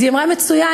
היא אמרה: מצוין,